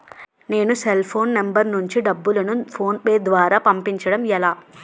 నేను cell phone number నుంచి డబ్బును ను ఫోన్పే అప్ ద్వారా పంపించడం ఎలా?